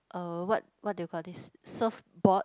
uh what what do you call this surf board